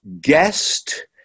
guest